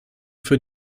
für